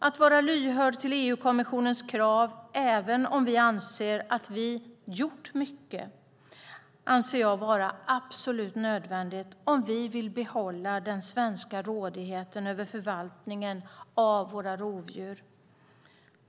Att vara lyhörd för EU-kommissionens krav, även om vi anser att vi gjort mycket, anser jag vara absolut nödvändigt om vi vill behålla den svenska rådigheten över förvaltningen av våra rovdjur.